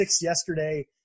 yesterday